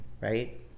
right